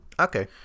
Okay